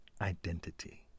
identity